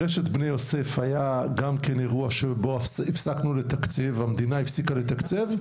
ברשת בני יוסף היה גם כן אירוע שהמדינה הפסיקה לתקצב.